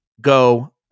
go